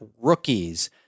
rookies